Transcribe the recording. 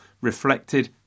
reflected